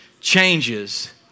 Changes